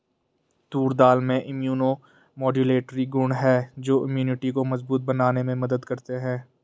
तूर दाल में immunomodulatory गुण हैं जो इम्यूनिटी को मजबूत बनाने में मदद करते है